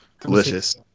Delicious